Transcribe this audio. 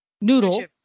noodle